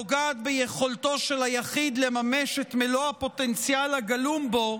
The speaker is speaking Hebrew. פוגעת ביכולתו של היחיד לממש את מלוא הפוטנציאל הגלום בו,